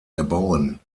erbauen